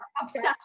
obsessed